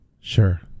Sure